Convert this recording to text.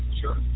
Sure